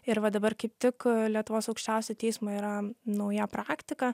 ir va dabar kaip tik lietuvos aukščiausio teismo yra nauja praktika